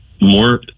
more